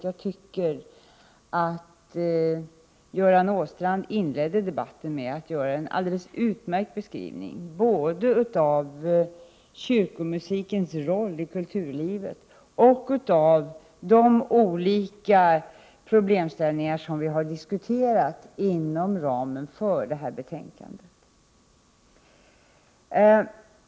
Jag tycker att Göran Åstrand inledde debatten med att göra en utmärkt beskrivning både av kyrkomusikens roll i kulturlivet och av de olika problemställningar som vi har diskuterat inom ramen för det här betänkandet.